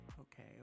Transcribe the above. okay